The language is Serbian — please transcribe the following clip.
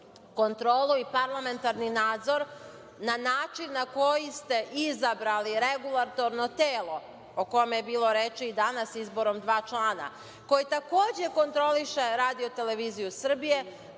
kontrolu i parlamentarni nadzor, na način na koji ste izabrali regulatorno telo o kome je bilo reči i danas i izboru dva člana, koji takođe kontroliše RTS, da taj program